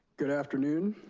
good afternoon,